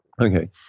Okay